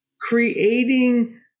creating